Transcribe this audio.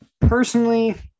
Personally